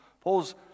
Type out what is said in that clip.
Paul's